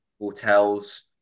hotels